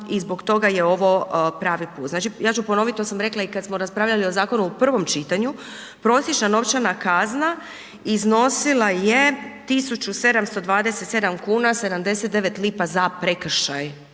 i zbog toga je ovo pravi put. Znači ja ću ponoviti to sam rekla i kada smo raspravljali o zakonu u prvom čitanju, prosječna novčana kazna iznosila je 1.727,79 lipa za prekršaj